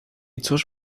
cóż